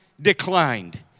declined